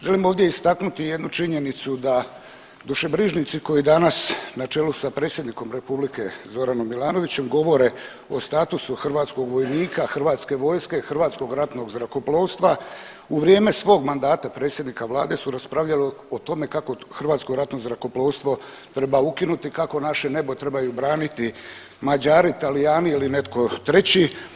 Želim ovdje istaknuti jednu činjenicu da dušebrižnici koji danas na čelu sa Predsjednikom Republike Zoranom Milanovićem govore o statusu hrvatskog vojnika, hrvatske vojske, Hrvatskog ratnog zrakoplovstva u vrijeme svog mandata predsjednika vlade su raspravljali o tome kako Hrvatsko ratno zrakoplovstvo treba ukinuti, kako naše nebo trebaju braniti Mađari, Talijani ili netko treći.